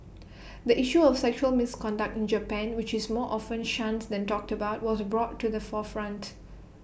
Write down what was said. the issue of sexual misconduct in Japan which is more often shunned than talked about was brought to the forefront